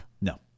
No